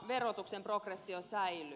verotuksen progressio säilyy